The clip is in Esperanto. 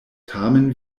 tamen